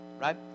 right